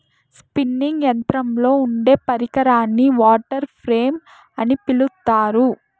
spinning యంత్రంలో ఉండే పరికరాన్ని వాటర్ ఫ్రేమ్ అని పిలుత్తారు